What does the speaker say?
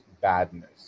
badness